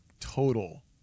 total